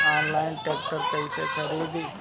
Online tractor कैसे खरदी?